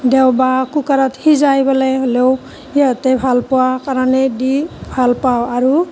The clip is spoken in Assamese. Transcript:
দেওবাৰ কুকাৰত সিজাই পেলাই হ'লেও সিহঁতে ভাল পোৱা কাৰণে দি ভাল পাওঁ আৰু